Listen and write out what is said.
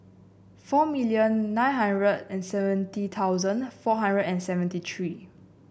four million nine hundred and seventy thousand four hundred and seventy three